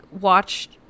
watched